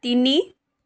তিনি